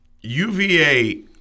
UVA